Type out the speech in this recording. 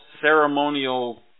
ceremonial